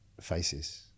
Faces